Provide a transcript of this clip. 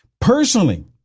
Personally